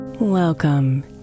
Welcome